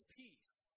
peace